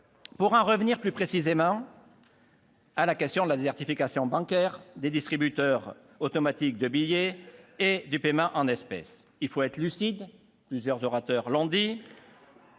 Pour en revenir plus précisément à la question de la désertification bancaire et de la raréfaction des distributeurs automatiques de billets et du paiement en espèces, il faut être lucide ! Comme plusieurs orateurs l'ont